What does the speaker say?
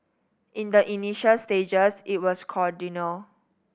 in the initial stages it was cordial